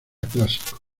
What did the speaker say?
clásico